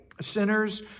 Sinners